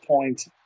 point